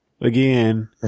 again